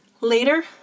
Later